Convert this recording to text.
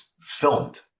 filmed